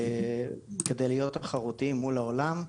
על מנת להיות תחרותיים מול העולם.